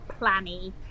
planny